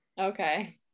Okay